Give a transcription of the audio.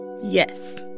Yes